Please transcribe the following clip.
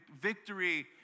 victory